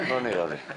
לא נראה לי.